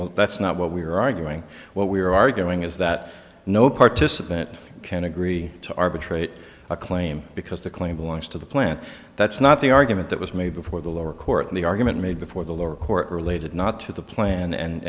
well that's not what we're arguing what we're arguing is that no participant can agree to arbitrate a claim because the claim belongs to the plant that's not the argument that was made before the lower court the argument made before the lower court related not to the plan and